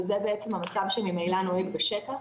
וזה בעצם המצב שממילא נוהג בשטח.